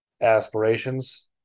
aspirations